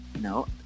No